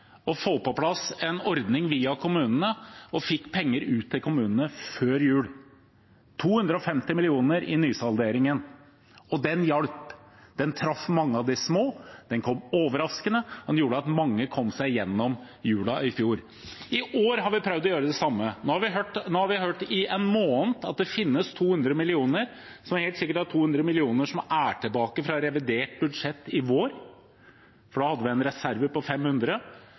å få på plass en ordning via kommunene og fikk penger ut til kommunene før jul – 250 mill. kr i nysalderingen, og den hjalp. Den traff mange av de små, den kom overraskende, den gjorde at mange kom seg gjennom jula i fjor. I år har vi prøvd å gjøre det samme. Nå har vi hørt i en måned at det finnes 200 mill. kr – som helt sikkert er 200 mill. kr som er igjen fra revidert budsjett i vår, for da hadde vi en reserve på 500